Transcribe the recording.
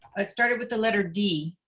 it started with the letter d.